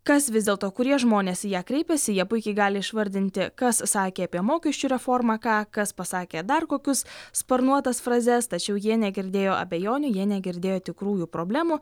kas vis dėlto kurie žmonės į ją kreipiasi jie puikiai gali išvardinti kas sakė apie mokesčių reformą ką kas pasakė dar kokius sparnuotas frazes tačiau jie negirdėjo abejonių jie negirdėjo tikrųjų problemų